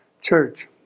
church